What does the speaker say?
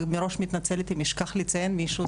ומראש מתנצלת אם אשכח לציין מישהו,